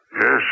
Yes